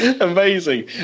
Amazing